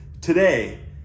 today